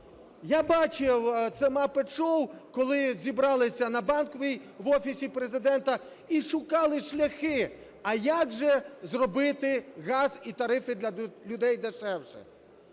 Я бачив це "Маппет-шоу", коли зібралися на Банковій в Офісі Президента і шукали шляхи, а як же зробити газ і тарифи для людей дешевше.